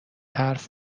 حرف